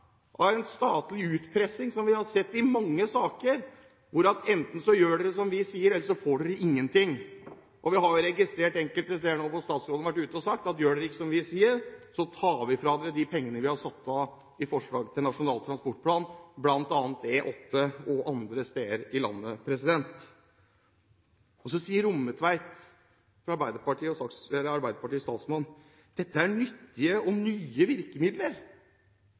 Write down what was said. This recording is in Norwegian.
en statlig utpressing som vi har sett i mange saker: Enten gjør dere som vi sier, eller så får dere ingenting. Vi har registrert enkelte steder – bl.a. E8 og andre steder i landet – der statsråden har vært ute og sagt at gjør dere ikke som vi sier, tar vi fra dere de pengene vi har satt av i forslag til Nasjonal transportplan. Så sier Rommetveit, Arbeiderpartiets talsmann, at dette er nyttige og nye virkemidler. Jeg synes ikke det er noe nyttig i dette